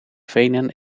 venen